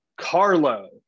Carlo